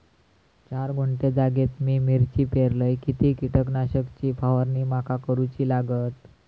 चार गुंठे जागेत मी मिरची पेरलय किती कीटक नाशक ची फवारणी माका करूची लागात?